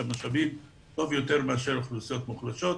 המשאבים טוב יותר מאשר אוכלוסיות מוחלשות.